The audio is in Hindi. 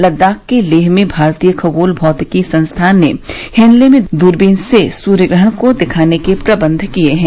लद्दाख के लेह में भारतीय खगोल भौतिकी संस्थान ने हेनले में दूरबीन से सूर्यग्रहण को दिखाने के प्रबंध किए हैं